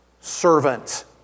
servant